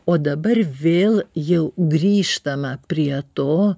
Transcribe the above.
o dabar vėl jau grįžtama prie to